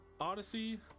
Odyssey